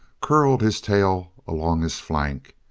curled his tail along his flank.